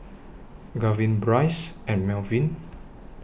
Garvin Bryce and Melvin